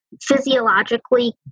physiologically